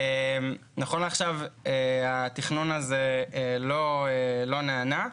נכון לעכשיו התכנון הזה לא נענה.